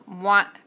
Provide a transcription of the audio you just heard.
want